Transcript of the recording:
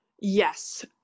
yes